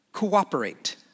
Cooperate